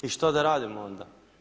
I što da radim onda?